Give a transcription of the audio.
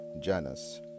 Janus